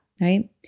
Right